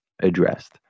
addressed